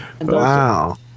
Wow